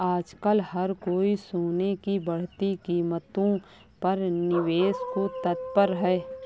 आजकल हर कोई सोने की बढ़ती कीमतों पर निवेश को तत्पर है